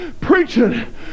preaching